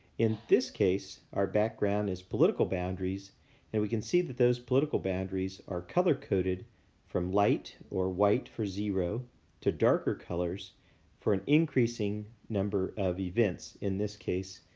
in this case, our background is political boundaries and we can see that those political boundaries are color coded from light or white for zero to darker colors for an increasing number of events in this case,